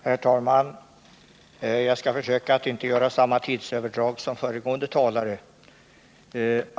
Herr talman! Jag skall försöka att inte göra samma tidsöverdrag som den föregående talaren.